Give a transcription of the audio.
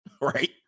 Right